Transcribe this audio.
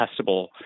testable